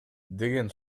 деген